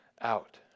out